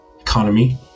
economy